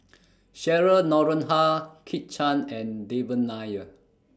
Cheryl Noronha Kit Chan and Devan Nair